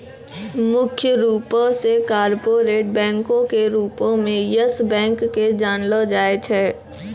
मुख्य रूपो से कार्पोरेट बैंको के रूपो मे यस बैंक के जानलो जाय छै